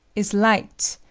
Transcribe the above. is light,